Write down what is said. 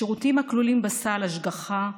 השירותים הכלולים בסל: השגחה,